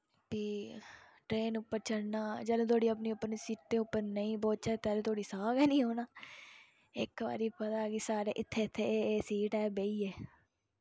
फ्ही ट्रेन उप्पर चढ़ना जैह्ल्लूं धोड़ी अपनी अपनी सीटें उप्पर नेईं बौच्चै तैह्लूं धोड़ी साह् गै निं औना इक बारी पता कि सारे इत्थै इत्थै एह् एह् सीट ऐ बैइयै